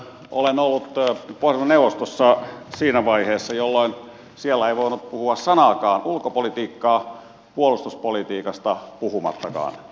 olen ollut pohjoismaiden neuvostossa siinä vaiheessa jolloin siellä ei voinut puhua sanaakaan ulkopolitiikkaa puolustuspolitiikasta puhumattakaan